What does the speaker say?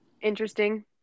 Interesting